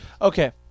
Okay